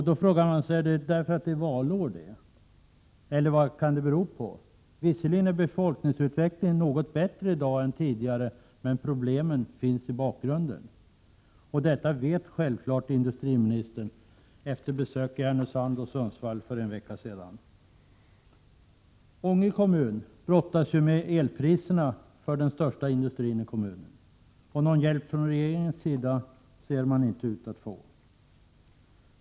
Då frågar man sig: Är det för att det är valår, eller vad kan det bero på? Visserligen är befolkningsutvecklingen något bättre i dag än tidigare, men problem finns i bakgrunden. Detta vet industriministern självfallet efter besök i Härnösand och Sundsvall för en vecka sedan. Ånge kommun brottas med problem med elpriserna för den största industrin i kommunen. Någon hjälp från regeringen ser kommuneninte ut att få.